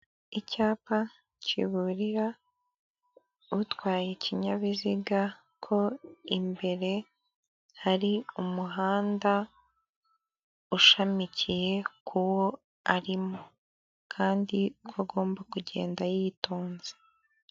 Icyapa kiburira utwaye ikinyabiziga ko imbere hari umuhanda ushamikiye ku wo arimo kandi ko agomba kugenda yitonze.